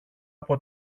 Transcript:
από